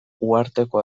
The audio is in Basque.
uharteko